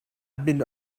been